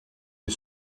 est